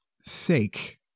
sake